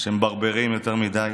שמברברים יותר מדי.